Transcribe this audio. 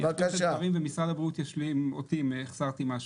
אני אשלים את הדברים ומשרד הבריאות ישלים אותי אם החסרתי משהו.